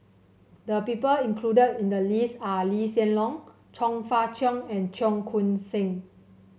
the people included in the list are Lee Hsien Loong Chong Fah Cheong and Cheong Koon Seng